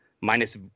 minus